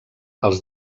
els